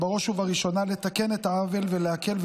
היא בראש ובראשונה לתקן את העוול ולהקל,